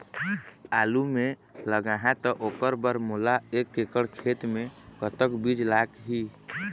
आलू मे लगाहा त ओकर बर मोला एक एकड़ खेत मे कतक बीज लाग ही?